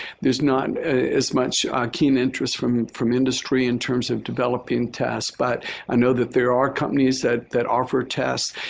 there's not as much keen interest from from industry in terms of developing test. but i know that there are companies that they offer test.